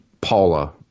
Paula